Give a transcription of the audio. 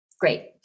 great